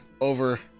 over